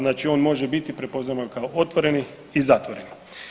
Znači on može biti prepoznat kao otvoreni i zatvoreni.